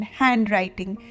handwriting